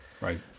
Right